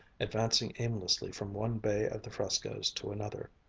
advancing aimlessly from one bay of the frescoes to another.